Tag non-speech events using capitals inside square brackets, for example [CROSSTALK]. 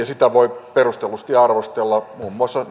[UNINTELLIGIBLE] sitä voi perustellusti arvostella muun muassa